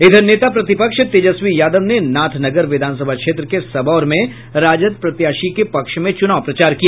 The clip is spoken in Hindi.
इधर नेता प्रतिपक्ष तेजस्वी यादव ने नाथ नगर विधानसभा क्षेत्र के सबौर में राजद प्रत्याशी के पक्ष में चुनाव प्रचार किया